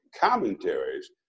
commentaries